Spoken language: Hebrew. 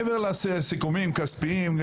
מעבר לסיכומים כספיים,